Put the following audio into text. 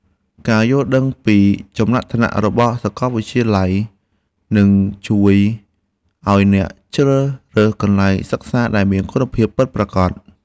ការយល់ដឹងពីចំណាត់ថ្នាក់របស់សាកលវិទ្យាល័យនឹងជួយឱ្យអ្នកជ្រើសរើសកន្លែងសិក្សាដែលមានគុណភាពពិតប្រាកដ។